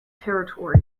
territory